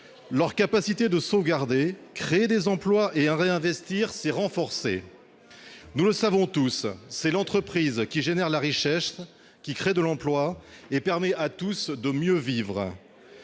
Leur capacité de sauvegarder, de créer des emplois et de réinvestir s'est renforcée. Nous le savons tous, c'est l'entreprise qui génère la richesse, qui crée de l'emploi et permet à tous de mieux vivre.